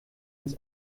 ins